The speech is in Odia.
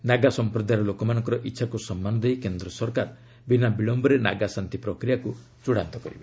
ନାଗା ସଂପ୍ରଦାୟର ଲୋକମାନଙ୍କର ଇଚ୍ଛାକୁ ସମ୍ମାନ ଦେଇ କେନ୍ଦ୍ର ସରକାର ବିନା ବିଳୟରେ ନାଗା ଶାନ୍ତି ପ୍ରକ୍ରିୟାକୁ ଚଡ଼ାନ୍ତ କରିବେ